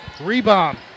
Rebound